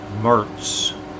Mertz